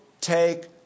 take